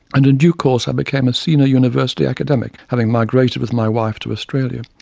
and in due course i became a senior university academic, having migrated with my wife to australia.